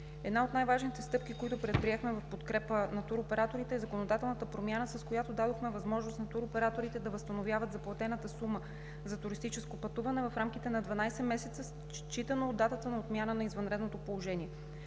Една от най-важните стъпки, които предприехме в подкрепа на туроператорите, е законодателната промяна, с която дадохме възможност на туроператорите да възстановяват заплатената сума за туристическо пътуване в рамките на 12 месеца, считано от датата на отмяна на извънредното положение.